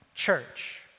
church